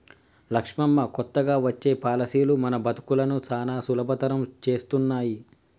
లక్ష్మమ్మ కొత్తగా వచ్చే పాలసీలు మన బతుకులను సానా సులభతరం చేస్తున్నాయి